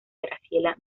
graciela